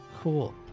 Cool